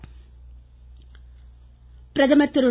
பிரதம் பிரதமர் திரு